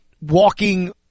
walking